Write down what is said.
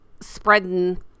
spreading